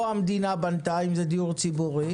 או המדינה בנתה, אם זה דיור ציבורי,